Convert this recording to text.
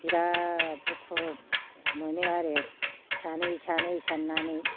बिराद दुखु मोनो आरो सानै सानै साननानै